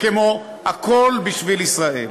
כמו הכול בשביל ישראל.